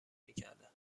میکردن